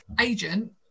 agent